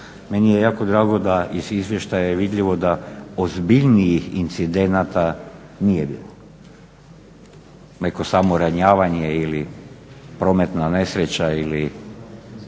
Meni je jako drago da iz izvještaja je vidljivo da ozbiljnijih incidenata nije bilo. Neko samoranjavanje ili prometna nesreća ili